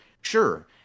sure